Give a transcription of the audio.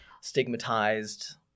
stigmatized